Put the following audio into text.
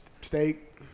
steak